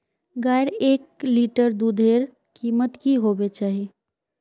गायेर एक लीटर दूधेर कीमत की होबे चही?